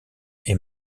est